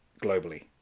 globally